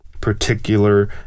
particular